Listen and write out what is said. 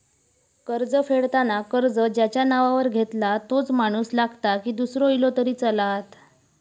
कर्ज फेडताना कर्ज ज्याच्या नावावर घेतला तोच माणूस लागता की दूसरो इलो तरी चलात?